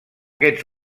aquests